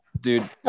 Dude